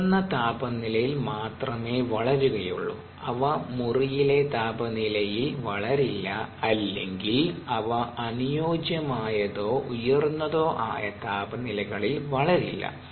ഉയർന്ന താപനിലയിൽ മാത്രമേ വളരുകയുള്ളൂ അവ മുറിയിലെ താപനിലയിൽ വളരില്ല അല്ലെങ്കിൽ അവ അനുയോജ്യമായതോ ഉയർന്നതോ ആയ താപനിലകളിൽ വളരില്ല